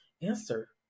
answer